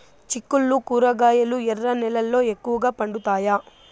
చిక్కుళ్లు కూరగాయలు ఎర్ర నేలల్లో ఎక్కువగా పండుతాయా